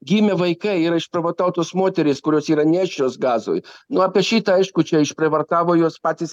gimė vaikai yra išprievartautos moterys kurios yra nėščios gazoj nu apie šitą aišku čia išprievartavo juos patys